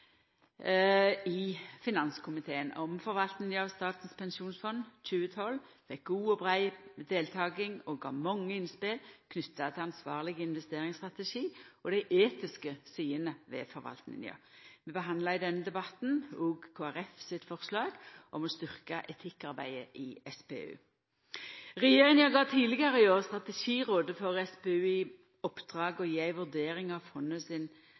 i finanskomiteen om forvaltninga av Statens pensjonsfond i 2012 fekk god og brei deltaking og gav mange innspel knytte til ansvarleg investeringsstrategi og dei etiske sidene ved forvaltninga. Vi behandla i denne debatten òg Kristeleg Folkeparti sitt forslag om å styrkja etikkarbeidet i SPU. Regjeringa gav tidlegare i år Strategirådet for SPU i oppdrag å gje ei vurdering av fondet sin